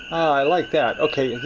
i like that. okay,